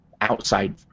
outside